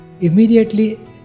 immediately